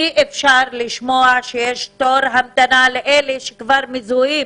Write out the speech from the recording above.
אי אפשר לשמוע שיש תור המתנה לאלה שכבר מזוהים